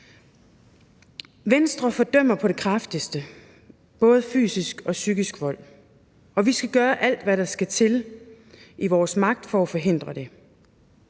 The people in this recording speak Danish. Venstre fordømmer på det kraftigste både fysisk og psykisk vold, og vi skal gøre alt, hvad der skal til, for at forhindre det.